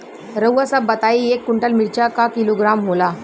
रउआ सभ बताई एक कुन्टल मिर्चा क किलोग्राम होला?